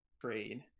trade